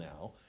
now